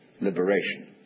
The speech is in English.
liberation